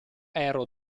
ero